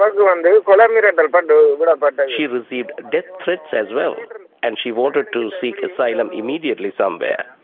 sort of um but um you know but but but but but she received death threats as well and and she wanted to seek asylum immediately somewhere.